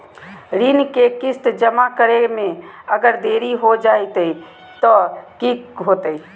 ऋण के किस्त जमा करे में अगर देरी हो जैतै तो कि होतैय?